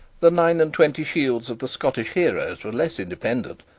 the nine-and-twenty shields of the scottish heroes were less independent,